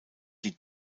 die